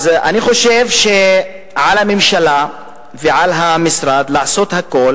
אני חושב שעל הממשלה ועל המשרד לעשות הכול